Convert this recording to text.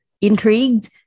Intrigued